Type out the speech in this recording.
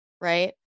right